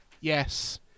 Yes